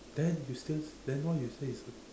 then you still then why you say it's